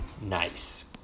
nice